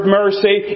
mercy